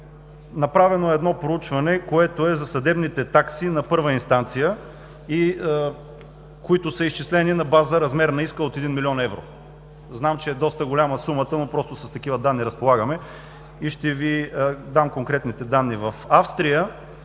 Направено е проучване за съдебните такси на първа инстанция, които са изчислени на база размер на иска от 1 млн. евро. Знам, че сумата е доста голяма, но просто с такива данни разполагаме. Ще Ви дам конкретните данни. В Австрия